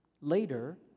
later